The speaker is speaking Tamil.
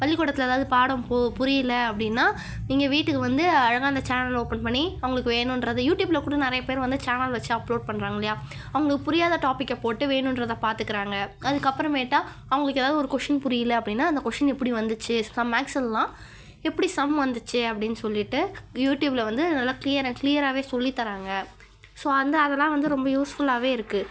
பள்ளிக்கூடத்தில் ஏதாவது பாடம் போ புரியலை அப்படினா இங்கே வீட்டுக்கு வந்து அழகாக அந்த சேனலை ஓப்பன் பண்ணி அவங்களுக்கு வேணுன்றதை யூட்யூபில் கூட நிறைய பேர் வந்து சேனல் வைச்சு அப்லோட் பண்றாங்கல்லையா அவங்களுக்கு புரியாத டாபிக்கை போட்டு வேணுன்றதை பார்த்துக்குகிறாங்க அதுக்கப்புறமேட்டா அவங்களுக்கு ஏதாவது ஒரு கொஷின் புரியலை அப்படினா அந்த கொஷின் எப்படி வந்துச்சு சம் மேக்ஸ்லெலாம் எப்படி சம் வந்துச்சு அப்படினு சொல்லிவிட்டு யூட்யூப்பில் வந்து நல்லா கிளீயர் கிளீயராகவே சொல்லித்தராங்க ஸோ அந்த அதெல்லாம் வந்து ரொம்ப யூஸ்ஃபுல்லாகவே இருக்குது